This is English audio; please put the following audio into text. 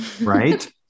Right